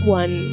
one